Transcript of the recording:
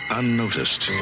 unnoticed